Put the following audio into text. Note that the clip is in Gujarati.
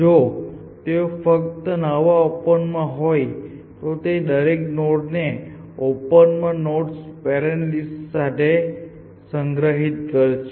જો તેઓ ફક્ત નવા ઓપન હોય તો તેઓ દરેક નોડ ને ઓપન માં નોડ્સના પેરેન્ટ્સના લિસ્ટ સાથે સંગ્રહિત કરે છે